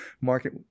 market